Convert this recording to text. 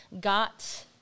got